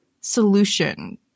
solution